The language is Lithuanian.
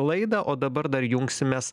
laidą o dabar dar jungsimės